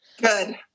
good